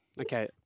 Okay